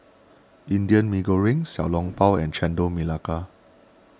Indian Mee Goreng Xiao Long Bao and Chendol Melaka